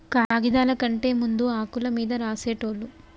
కాగిదాల కంటే ముందు ఆకుల మీద రాసేటోళ్ళు